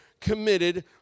committed